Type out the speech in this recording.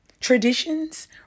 traditions